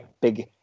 big